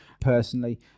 personally